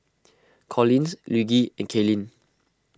Collins Luigi and Kaylin